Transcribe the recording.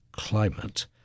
climate